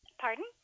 Pardon